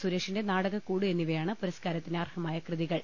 സുരേ ഷിന്റെ നാടകക്കൂട് എന്നിവയാണ് പുരസ്കാരത്തിന് അർഹമായ കൃതി കൾ